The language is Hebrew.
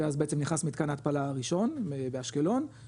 אז בעצם נכנס מתקן ההתפלה הראשון באשקלון,